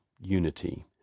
unity